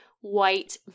white